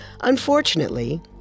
Unfortunately